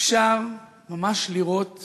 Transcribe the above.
אפשר ממש לראות